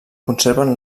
conserven